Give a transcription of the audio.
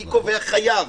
מי קובע חייב?